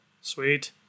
sweet